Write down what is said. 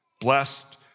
Blessed